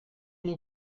nous